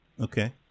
Okay